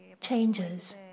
changes